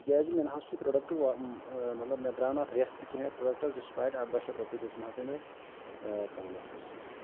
تِکیٛازِ مےٚ نہَ حظ چھُ پرٛوڈَکٹہٕ مطلب مےٚ درٛاو نہٕ اَتھ رٮ۪تھ تہِ کیٚنٛہہ اَتھ پرٛوڈَکٹَس ڈِسپایٹ اَڑداہ شَتھ رۄپیہِ دِژم حظ مےٚ اتھ قۭمَتھ حظ